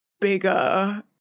bigger